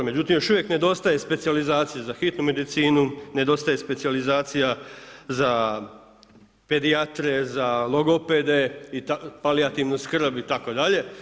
Međutim, još uvijek nedostaje specijalizacije za hitnu medicinu, nedostaje specijalizacija pedijatre, za logopede, palijativnu skrb itd.